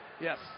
Yes